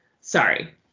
sorry